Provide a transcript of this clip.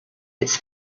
its